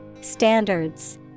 Standards